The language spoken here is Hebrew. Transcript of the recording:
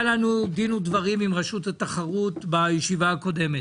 היה לנו דין ודברים עם רשות התחרות בישיבה הקודמת.